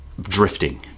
drifting